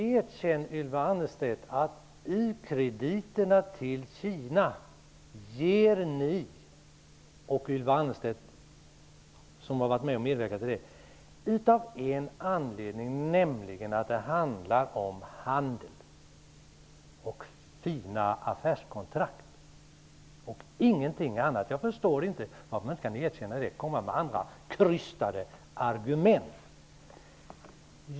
Erkänn, Ylva Annerstedt, att ukrediterna till Kina ger ni -- Ylva Annerstedt har medverkat -- av en anledning, nämligen därför att det handlar om handel och fina affärskontrakt, ingenting annat. Jag förstår inte varför ni inte kan erkänna det utan kommer med andra krystade argument.